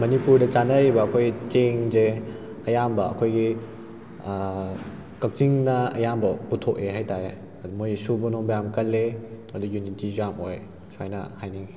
ꯃꯅꯤꯄꯨꯔꯗ ꯆꯥꯟꯅꯔꯤꯕ ꯑꯩꯈꯣꯏ ꯆꯦꯡꯁꯦ ꯑꯌꯥꯝꯕ ꯑꯩꯈꯣꯏꯒꯤ ꯀꯛꯆꯤꯡꯅ ꯑꯌꯥꯝꯕ ꯄꯨꯊꯣꯛꯑꯦ ꯍꯥꯏꯇꯥꯔꯦ ꯑꯗꯨ ꯃꯣꯏ ꯁꯨꯕ ꯅꯣꯝꯕ ꯌꯥꯝ ꯀꯜꯂꯦ ꯑꯗꯩ ꯌꯨꯅꯤꯇꯤꯁꯨ ꯌꯥꯝ ꯑꯣꯏ ꯁꯨꯃꯥꯏꯅ ꯍꯥꯏꯅꯤꯡꯏ